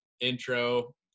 intro